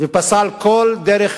ופסל כל דרך